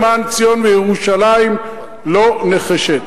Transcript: למען ציון וירושלים לא נחשה.